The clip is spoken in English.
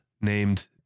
named